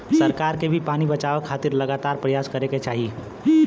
सरकार के भी पानी बचावे खातिर लगातार परयास करे के चाही